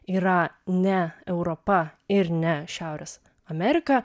yra ne europa ir ne šiaurės amerika